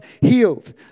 healed